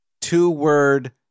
two-word